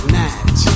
night